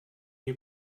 you